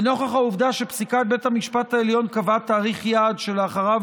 לנוכח העובדה שפסיקת בית המשפט העליון קבעה תאריך יעד שאחריו